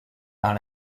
par